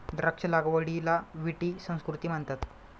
द्राक्ष लागवडीला विटी संस्कृती म्हणतात